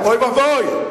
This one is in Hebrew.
אוי ואבוי.